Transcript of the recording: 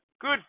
good